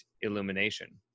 illumination